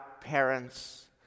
parents